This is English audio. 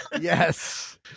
Yes